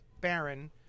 Baron